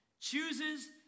chooses